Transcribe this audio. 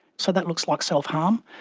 so that looks like self-harm.